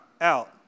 out